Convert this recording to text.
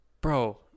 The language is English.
Bro